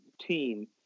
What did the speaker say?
team